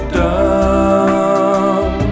down